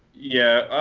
yeah,